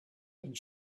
had